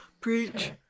Preach